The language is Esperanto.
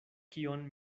kion